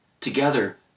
together